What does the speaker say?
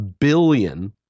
billion